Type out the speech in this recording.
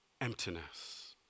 emptiness